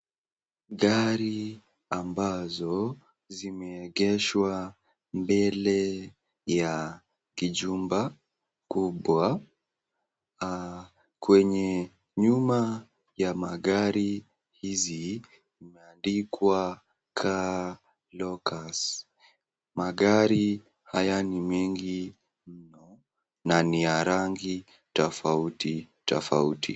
Gari ambazo zimeegeshwa mbele ya kijumba kubwa. Kwenye nyuma ya magari hizi imeandikwa Car Locus . Magari haya ni mengi mno na ni ya rangi tofauti tofauti.